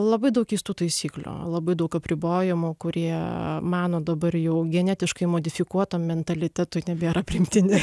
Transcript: labai daug keistų taisyklių labai daug apribojimų kurie mano dabar jau genetiškai modifikuoto mentalitetui nebėra priimtini